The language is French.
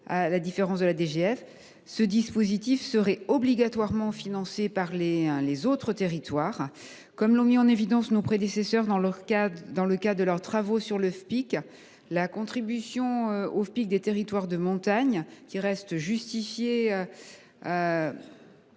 à la différence de la DGF, ce dispositif serait nécessairement financé par les autres territoires. Comme l’ont mis en évidence nos prédécesseurs dans le cadre de leurs travaux sur le Fpic, la contribution des territoires de montagne à ce fonds reste justifiée